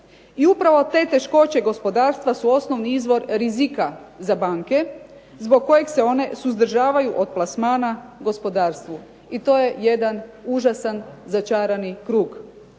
I upravo te poteškoće gospodarstva su osnovni izvor rizika za banke zbog kojih se one suzdržavaju od plasmana gospodarstvu. I to je jedan užasan začarani krug.